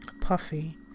Puffy